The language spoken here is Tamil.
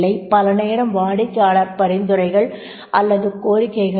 பல நேரம் வாடிக்கையாளர் பரிந்துரைகள் அல்லது கோரிக்கைகள் வரும்